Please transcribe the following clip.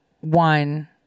one